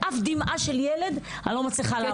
אף דמעה של ילד אני לא מצליחה לעמוד בפניה.